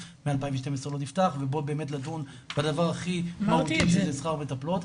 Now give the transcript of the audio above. מ-2012 לא נפתח ובו באמת לדון בדבר שהוא הכי מהותי שזה שכר מטפלות,